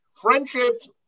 friendships